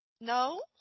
No